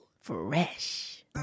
Fresh